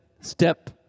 step